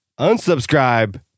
unsubscribe